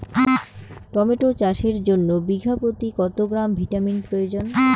Tomato চাষের জন্য বিঘা প্রতি কত গ্রাম ভিটামিন প্রয়োজন?